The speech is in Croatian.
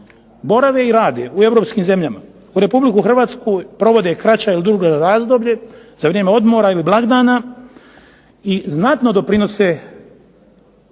borave i rade u europskim zemljama. U Republici Hrvatskoj provode kraće ili duže razdoblje za vrijeme odmora ili blagdana i znatno doprinose